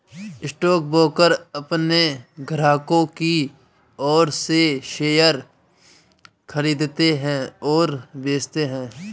stockbroker अपने ग्राहकों की ओर से शेयर खरीदते हैं और बेचते हैं